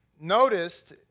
noticed